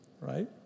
right